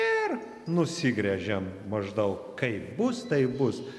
ir nusigręžiam maždaug kaip bus taip bus